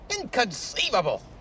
Inconceivable